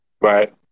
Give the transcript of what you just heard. Right